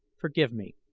forgive me!